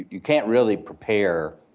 you can't really prepare